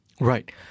Right